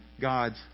god's